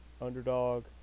underdog